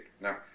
Now